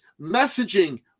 messaging